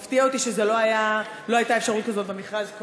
מפתיע אותי שלא הייתה אפשרות כזאת במכרז קודם.